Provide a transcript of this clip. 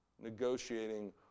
negotiating